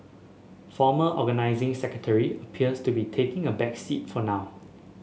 former Organising Secretary appears to be taking a back seat for now